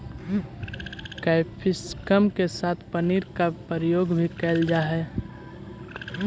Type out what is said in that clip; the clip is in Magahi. कैप्सिकम के साथ पनीर के प्रयोग भी कैल जा हइ